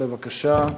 בבקשה.